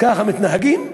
ככה מתנהגים?